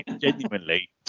Genuinely